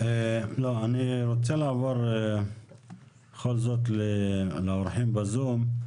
לא, אני רוצה לעבור בכל זאת לאורחים בזום.